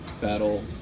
battle